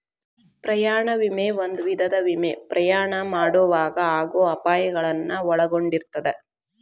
ಪ್ರಯಾಣ ವಿಮೆ ಒಂದ ವಿಧದ ವಿಮೆ ಪ್ರಯಾಣ ಮಾಡೊವಾಗ ಆಗೋ ಅಪಾಯಗಳನ್ನ ಒಳಗೊಂಡಿರ್ತದ